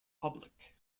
public